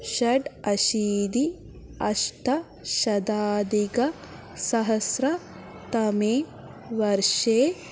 षडशीतिः अष्टशताधिकसहस्रतमे वर्षे